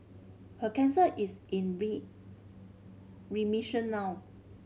her cancer is in remission now